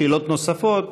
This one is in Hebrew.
שאלות נוספות,